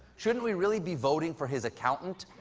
shouldn't we really be voting for his accountant?